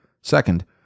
Second